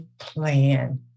plan